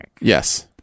yes